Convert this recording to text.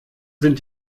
sind